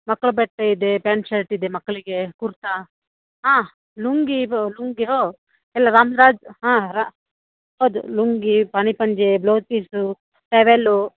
ಮಕ್ಳು ಬಟ್ಟೆಯಿದೆ pant shirt ಇದೆ ಮಕ್ಕಳಿಗೆ ಕುರ್ತಾ ಹಾಂ ಲುಂಗಿ ಪ ಲುಂಗಿ ಹಾಂ ಎಲ್ಲ ರಾಮ್ರಾಜ್ ಹಾಂ ರ ಹೌದು ಲುಂಗಿ ಪಾಣಿಪಂಜೆ ಬ್ಲೌಸ್ ಪೀಸು ಟಾವೆಲ್ಲು